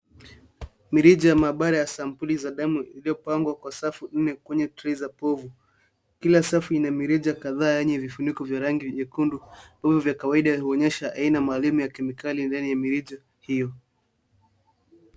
Mirija ya maabara ya sampuli za damu iliyopangwa kwa safu nne kwenye trey za povu. Kila safu ina mirija kadhaa yenye vifuniko vya rangi nyekundu hivyo vya kawaida huonyesha aina maalum ya kemikali ndani ya mirija hiyo.